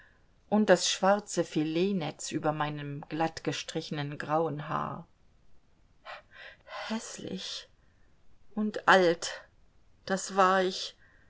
und das schwarze filetnetz über meinem glattgestrichenen grauen haar häßlich und alt das war ich